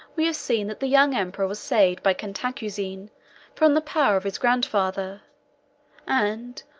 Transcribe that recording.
we have seen that the young emperor was saved by cantacuzene from the power of his grandfather and,